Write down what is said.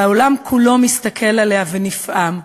שהעולם כולו מסתכל עליה ונפעם,